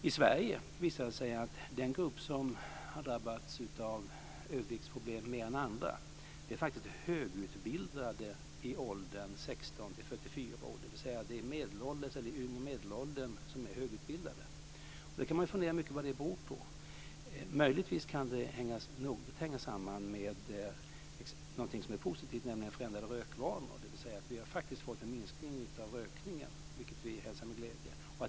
I Sverige visar det sig att den grupp som har drabbats av överviktsproblem mer än andra är faktiskt högutbildade i åldrarna 16-44 år. Man kan fundera mycket över vad det beror på. Möjligtvis kan det hänga ihop med någonting som är positivt, nämligen förändrade rökvanor. Det har skett en minskning av rökningen, vilket vi hälsar med glädje.